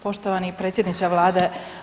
Poštovani predsjedniče Vlade.